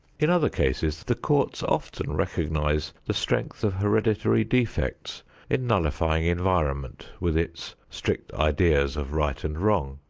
in other cases, the courts often recognize the strength of hereditary defects in nullifying environment with its strict ideas of right and wrong.